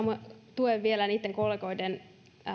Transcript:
tuen vielä niitten kollegoiden